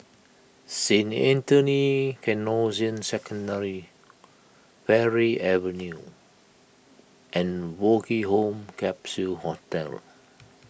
Saint Anthony's Canossian Secondary Parry Avenue and Woke Home Capsule Hostel